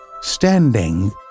Standing